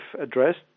addressed